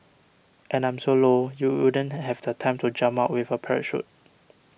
and I'm so low you wouldn't have the time to jump out with a parachute